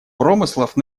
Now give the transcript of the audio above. промыслов